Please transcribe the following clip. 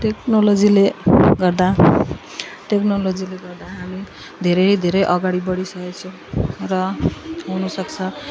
टेक्नोलोजीले गर्दा टेक्नोलोजीले गर्दा हामी धेरै धेरै अगाडि बढिसकेको छौँ र हुनु सक्छ